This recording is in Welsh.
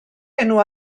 enw